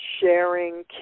sharing